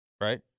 right